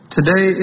Today